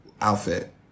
outfit